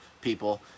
people